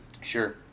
Sure